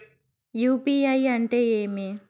UPI అంటే ఏమి?